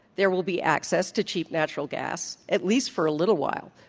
there will be access to cheap natural gas at least for a little while,